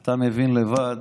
אתה מבין לבד